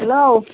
hello